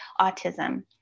autism